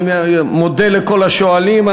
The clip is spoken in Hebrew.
אני מודה לכל השואלים.